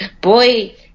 boy